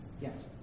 Yes